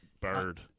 Bird